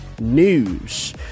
news